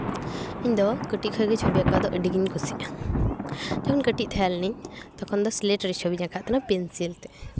ᱤᱧ ᱫᱚ ᱠᱟᱹᱴᱤᱡ ᱠᱷᱚᱱᱜᱮ ᱪᱷᱚᱵᱤ ᱟᱸᱠᱟᱣ ᱫᱚ ᱟᱹᱰᱤ ᱜᱮᱧ ᱠᱩᱥᱤᱜᱼᱟ ᱡᱚᱠᱷᱚᱱ ᱠᱟᱹᱴᱤᱡ ᱛᱟᱦᱮᱸ ᱞᱮᱱᱟᱹᱧ ᱛᱚᱠᱷᱚᱱ ᱫᱚ ᱥᱤᱞᱮᱠᱴ ᱨᱮ ᱪᱷᱚᱵᱤᱧ ᱟᱸᱠᱟᱣᱮᱜ ᱛᱟᱦᱮᱱᱟ ᱯᱮᱱᱥᱤᱞ ᱛᱮ